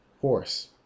Horse